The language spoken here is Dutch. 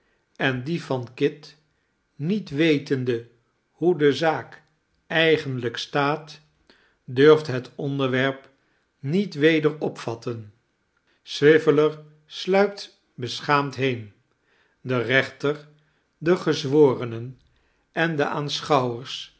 en die van kit niet wetende hoe de zaak eigenlijk staat durft het onderwerp niet weder opvatten swiveller sluipt beschaamd heen de rechter de gezworenen en de aanschouwers